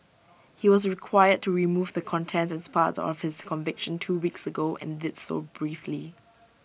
he was required to remove the content as part of his conviction two weeks ago and did so briefly